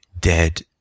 dead